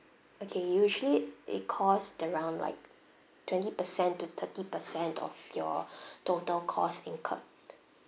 okay usually it cost around like twenty percent to thirty percent of your total cost incurred